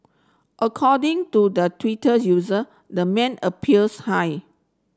according to the Twitter user the man appears high